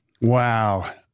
Wow